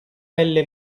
pelle